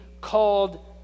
called